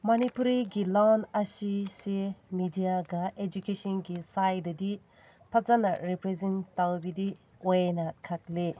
ꯃꯅꯤꯄꯨꯔꯤꯒꯤ ꯂꯣꯟ ꯑꯁꯤꯁꯦ ꯃꯦꯗꯤꯌꯥꯒ ꯏꯗꯨꯀꯦꯁꯟꯒꯤ ꯁꯥꯏꯠꯇꯗꯤ ꯐꯖꯅ ꯔꯤꯄ꯭ꯔꯖꯦꯟ ꯇꯧꯕꯤꯗꯦ ꯑꯣꯏꯅ ꯈꯜꯂꯤ